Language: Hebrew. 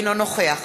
אינו נוכח